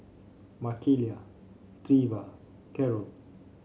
Makaila Treva Carol